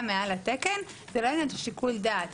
מעל התקן זה לא עניין של שיקול דעת,